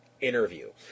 interview